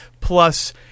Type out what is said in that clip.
plus